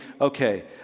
okay